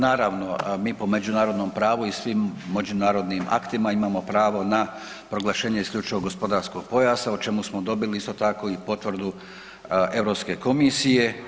Naravno, mi po međunarodnom pravu i svim međunarodnim aktima imamo pravo na proglašenje isključivog gospodarskog pojasa o čemu smo dobili isto tako i potvrdu EU komisije.